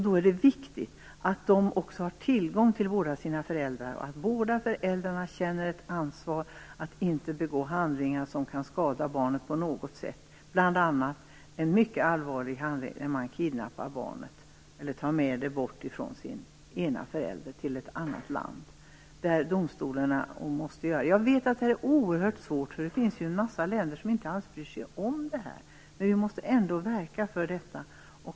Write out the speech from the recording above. Då är det viktigt att de också har tillgång till båda sina föräldrar och att båda föräldrarna känner ett ansvar för att inte begå handlingar som kan skada barnet på något sätt. Bl.a. är en mycket allvarlig handling att kidnappa barnet eller att ta det med sig från den ena föräldern bort till ett annat land. Jag vet att detta är oerhört svårt, för det finns ju en massa länder som inte alls bryr sig om problemet. Men vi måste ändå verka för detta.